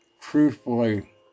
truthfully